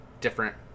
different